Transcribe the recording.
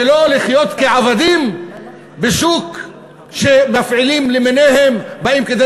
ולא לחיות כעבדים בשוק שמפעילים למיניהם באים כדי